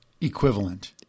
Equivalent